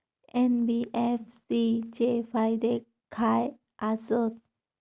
NBFC चे फायदे खाय आसत?